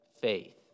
faith